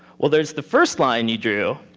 well there is the first line you drew.